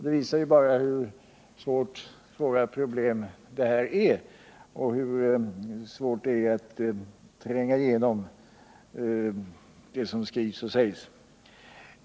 Det bevisar bara hur svåra problem det här är fråga om och hur svårt det är att tränga igenom det som skrivs och sägs.